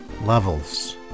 Levels